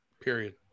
Period